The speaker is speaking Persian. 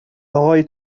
اقای